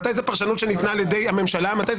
מתי זאת פרשנות שניתנת על-ידי הממשלה ומתי זאת